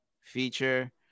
feature